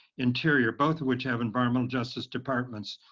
interior, both of which have environmental justice departments.